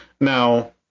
Now